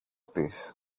της